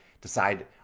decide